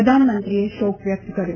પ્રધાનમંત્રીએ શોક વ્યકત કર્યો